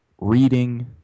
reading